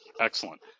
Excellent